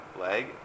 leg